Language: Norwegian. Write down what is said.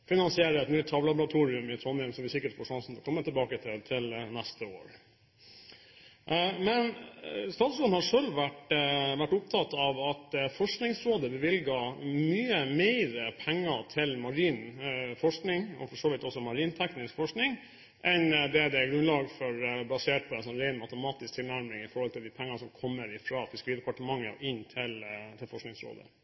et nytt havlaboratorium i Trondheim, noe vi sikker får sjansen til å komme tilbake til neste år. Men statsråden har selv vært opptatt av at Forskningsrådet bevilget mye mer penger til marin forskning – for så vidt også til marinteknisk forskning – enn det det er grunnlag for, basert på en ren matematisk tilnærming når det gjelder de pengene som kommer fra Fiskeridepartementet